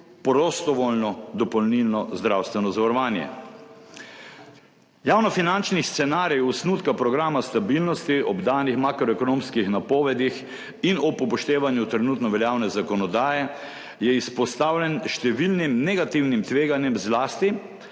prostovoljno dopolnilno zdravstveno zavarovanje. Javnofinančni scenarij osnutka programa stabilnosti ob danih makroekonomskih napovedih in ob upoštevanju trenutno veljavne zakonodaje je izpostavljen številnim negativnim tveganjem, zlasti